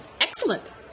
Excellent